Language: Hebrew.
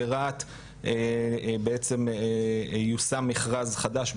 ברהט בעצם יושם מכרז חדש,